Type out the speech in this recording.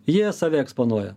jie save eksponuoja